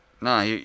Nah